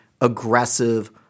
aggressive